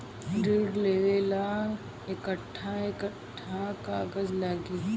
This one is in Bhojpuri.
ऋण लेवेला कट्ठा कट्ठा कागज लागी?